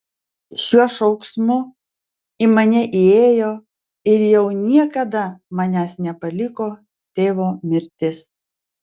šiuo šauksmu į mane įėjo ir jau niekada manęs nepaliko tėvo mirtis